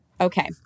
Okay